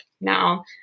now